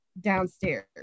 downstairs